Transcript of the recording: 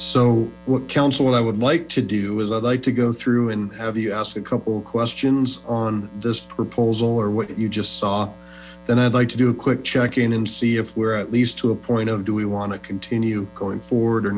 so what counsel i would like to do is i'd like to go through and have you ask a couple of questions on this proposal or what you just saw then i'd like to do a quick check in and see if we're at least to a point of do we want to continue going for